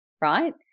right